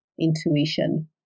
intuition